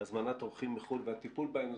הזמנת אורחים מחו"ל והטיפול בהם,